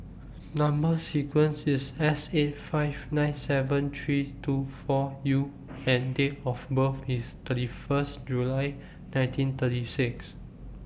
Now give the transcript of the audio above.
Number sequence IS S eight five nine seven three two four U and Date of birth IS thirty First July nineteen thirty six